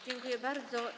Dziękuję bardzo.